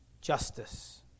justice